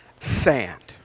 sand